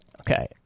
Okay